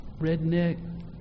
redneck